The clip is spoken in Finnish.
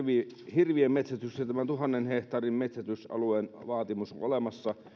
hirvien metsästyksessä tämä tuhannen hehtaarin metsästysalueen vaatimus on olemassa